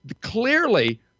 Clearly